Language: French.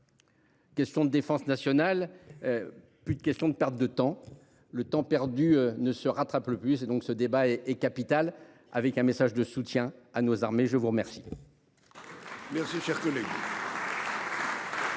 Questions de défense nationale. Plus de question de perte de temps, le temps perdu ne se rattrape le plus donc ce débat et et capital avec un message de soutien à nos armées, je vous remercie.